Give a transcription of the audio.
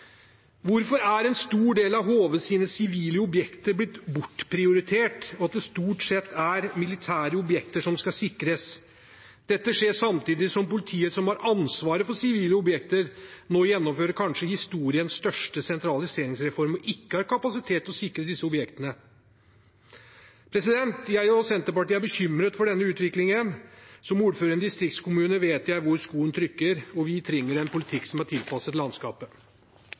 Hvorfor er en stor del av HVs sivile objekter blitt bortprioritert og det stort sett er militære objekter som skal sikres? Dette skjer samtidig som politiet, som har ansvaret for sivile objekter, nå gjennomfører historiens kanskje største sentraliseringsreform og ikke har kapasitet til å sikre disse objektene. Jeg og Senterpartiet er bekymret for denne utviklingen. Som ordfører i en distriktskommune vet jeg hvor skoen trykker, og vi trenger en politikk som er tilpasset landskapet.